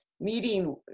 meeting